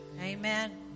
Amen